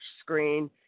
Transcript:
screen